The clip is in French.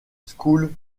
school